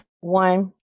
one